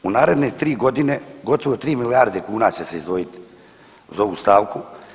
U naredne 3.g. gotovo 3 milijarde kuna će se izdvojit za ovu stavku.